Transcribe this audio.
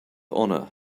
honor